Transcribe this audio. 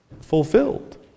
fulfilled